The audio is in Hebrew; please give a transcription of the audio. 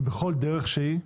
ובכל דרך שהיא,